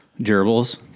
gerbils